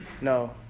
No